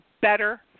better